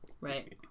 Right